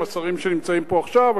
השרים שנמצאים פה עכשיו,